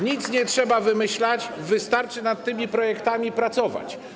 Nic nie trzeba wymyślać, wystarczy nad tymi projektami pracować.